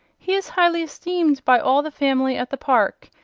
he is highly esteemed by all the family at the park,